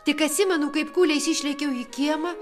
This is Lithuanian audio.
tik atsimenu kaip kūliais išlėkiau į kiemą